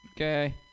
Okay